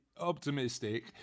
optimistic